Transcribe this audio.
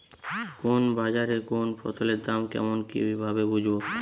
কোন বাজারে কোন ফসলের দাম কেমন কি ভাবে বুঝব?